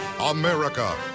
America